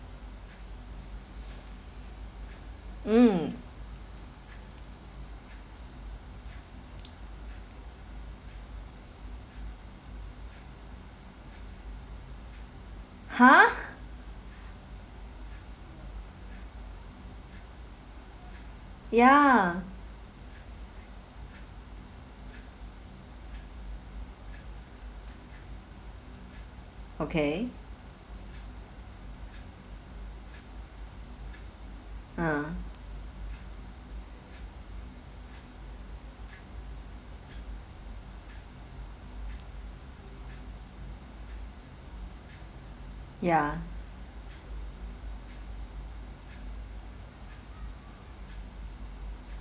mm !huh! ya okay ah ya